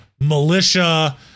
militia